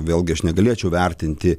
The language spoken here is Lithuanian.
vėlgi aš negalėčiau vertinti